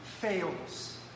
fails